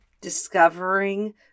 discovering